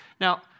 Now